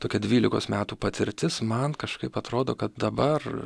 tokia dvylikos metų patirtis man kažkaip atrodo kad dabar